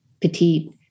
petite